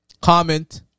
comment